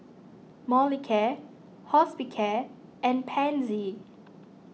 Molicare Hospicare and Pansy